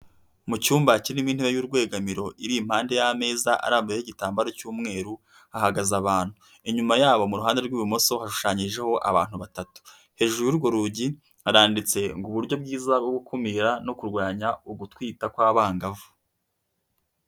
Mu cyumba kirimo intebe y'urwegamiro iri impande y'ameza arambuyeho igitambaro cy'umweru, ahagaze abantu inyuma yabo mu ruhande rw'bumoso hashushanyijeho abantu batatu, hejuru y'urwo rugi aranditse ngo uburyo bwiza bwo gukumira no kurwanya ugutwita kw'abangavu.